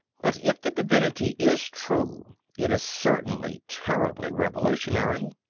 but if the divinity is true it is certainly terribly revolutionary.